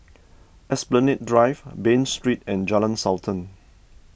Esplanade Drive Bain Street and Jalan Sultan